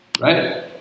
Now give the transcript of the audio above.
Right